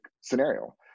scenario